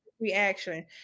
reaction